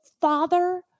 father